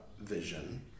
vision